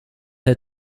her